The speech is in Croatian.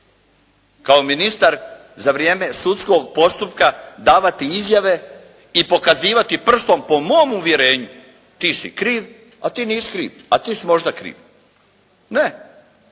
Kao ministar za vrijeme sudskog postupka davati izjave i pokazivati prstom po mom uvjerenju ti si krv, a ti nisi kriv, a ti si možda kriv. Ne.